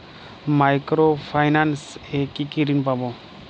Micro finance এ কি কি ঋণ পাবো?